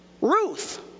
Ruth